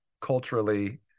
culturally